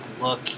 look